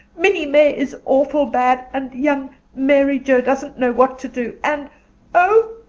minnie may is awful bad and young mary joe doesn't know what to do and oh,